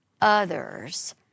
Others